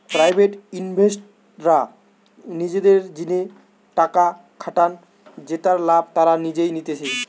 private ইনভেস্টররা নিজেদের জিনে টাকা খাটান জেতার লাভ তারা নিজেই নিতেছে